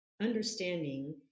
understanding